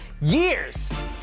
years